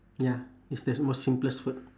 ya it's the most simplest food